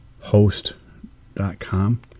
Host.com